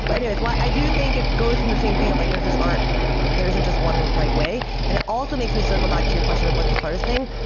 but anyways, i do think it goes in the same thing of like there just aren't there isn't just one right way, and it also makes me circle back to your question of what's the hardest thing.